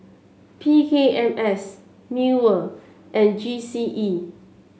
P K M S MEWR and G C E